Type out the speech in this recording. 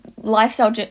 lifestyle